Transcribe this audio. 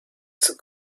zur